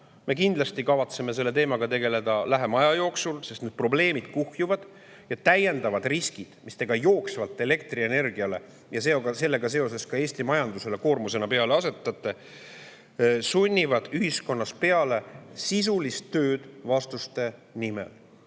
Me kindlasti kavatseme selle teemaga tegeleda lähima aja jooksul, sest need probleemid kuhjuvad. Ja täiendavad riskid, mis te ka jooksvalt elektrienergia [tootmisele] ja sellega seoses ka Eesti majandusele koormusena peale asetate, sunnivad ühiskonnas peale sisulist tööd vastuste nimel.